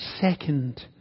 second